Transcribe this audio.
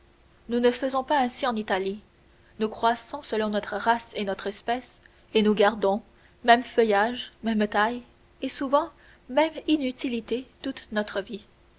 nous ne faisons pas ainsi en italie nous croissons selon notre race et notre espèce et nous gardons même feuillage même taille et souvent même inutilité toute notre vie